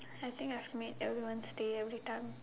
I think I've made everyone stay every time